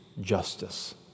justice